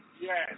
Yes